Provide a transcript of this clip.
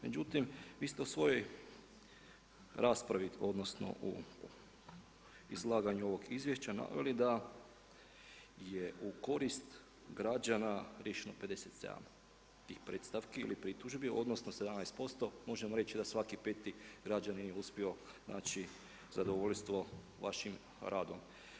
Međutim, vi ste u svojoj raspravi, odnosno u izlaganju ovog izvješća naveli da je u korist građana riješeno 57 tih predstavki ili pritužbi, odnosno 17%, možemo reći da svaki 5.-ti građanin je uspio naći zadovoljstvo vašim radom.